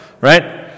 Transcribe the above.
right